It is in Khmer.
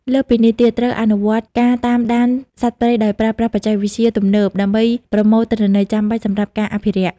លើសពីនេះទៀត ត្រូវអនុវត្តការតាមដានសត្វព្រៃដោយប្រើប្រាស់បច្ចេកវិទ្យាទំនើប ដើម្បីប្រមូលទិន្នន័យចាំបាច់សម្រាប់ការអភិរក្ស។